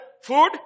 Food